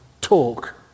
talk